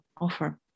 offer